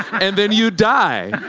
and then you die.